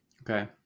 Okay